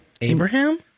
Abraham